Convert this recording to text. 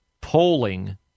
polling